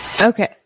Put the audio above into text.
Okay